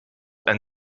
ein